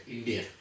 India